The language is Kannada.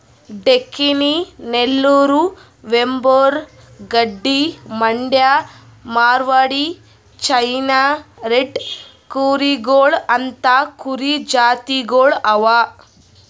ಡೆಕ್ಕನಿ, ನೆಲ್ಲೂರು, ವೆಂಬೂರ್, ಗಡ್ಡಿ, ಮಂಡ್ಯ, ಮಾರ್ವಾಡಿ, ಚೆನ್ನೈ ರೆಡ್ ಕೂರಿಗೊಳ್ ಅಂತಾ ಕುರಿ ಜಾತಿಗೊಳ್ ಅವಾ